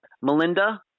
Melinda